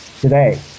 today